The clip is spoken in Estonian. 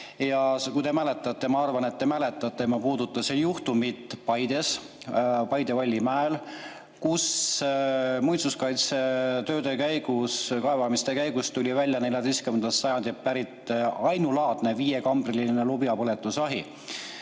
Kui te mäletate – ma arvan, et te mäletate –, ma puudutasin juhtumit Paides, Paide Vallimäel, kus muinsuskaitsetööde käigus, kaevamiste käigus tuli välja 14. sajandist pärit ainulaadne viiekambriline lubjapõletusahi.